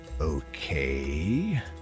Okay